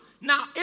Now